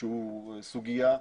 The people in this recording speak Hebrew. שהוא סוגיה.